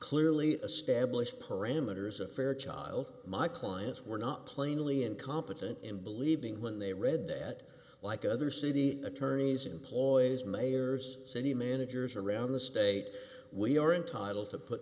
clearly established parameters of fair child my clients were not plainly incompetent in believing when they read that like other city attorneys employees mayors city managers around the state we are entitled